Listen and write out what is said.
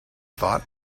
thought